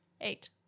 Eight